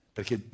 Perché